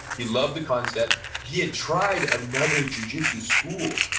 he loved the concept, he had tried another jujitsu school